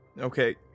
Okay